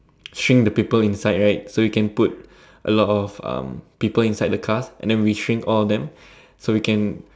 shrink the people inside right so we can put a lot of um people inside the cars and than we shrink all of them so we can